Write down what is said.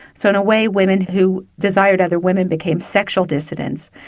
so in a way, women who desired other women became sexual dissidents,